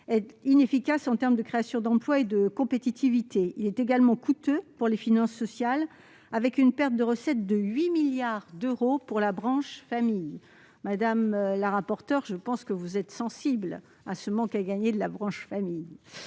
est inefficace en termes de créations d'emplois et de compétitivité. Il est également coûteux pour les finances sociales, avec une perte de recettes de 8 milliards d'euros pour la branche famille. Je pense, madame la rapporteure générale, que vous êtes sensible à ce manque à gagner. Les auteurs de